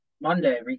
Monday